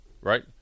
right